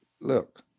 look